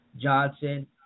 Johnson